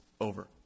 over